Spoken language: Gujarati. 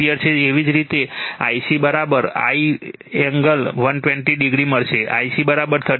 એવી જ રીતે Ic I એંગલ 120o મળશે Ic 33